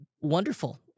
Wonderful